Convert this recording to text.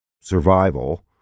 survival